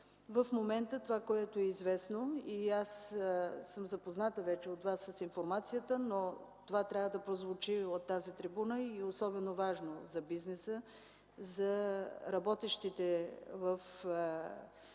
В момента това, което е известно, и аз съм запозната вече от Вас с информацията, но това трябва да прозвучи от тази трибуна. То е особено важно за бизнеса, за работещите в „Речно